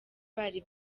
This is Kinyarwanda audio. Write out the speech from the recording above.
bari